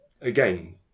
again